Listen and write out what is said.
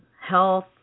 health